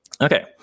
Okay